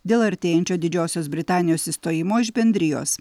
dėl artėjančio didžiosios britanijos išstojimo iš bendrijos